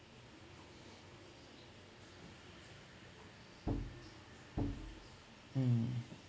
mm